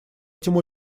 этим